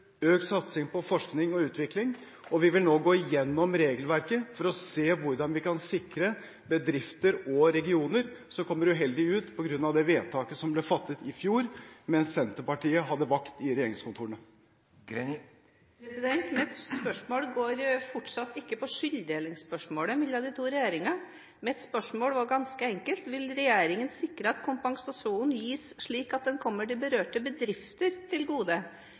økt satsing på forskning og utvikling. Vi vil nå gå gjennom regelverket for å se hvordan vi kan sikre bedrifter og regioner som kommer uheldig ut på grunn av det vedtaket som ble fattet i fjor, mens Senterpartiet hadde vakt i regjeringskontorene. Mitt spørsmål handler fortsatt ikke om skylddelingen mellom de to regjeringene. Mitt spørsmål var ganske enkelt: Vil regjeringen sikre at kompensasjonen gis slik at den kommer de berørte bedrifter til gode?